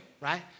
right